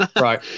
right